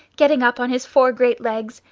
getting upon his four great legs!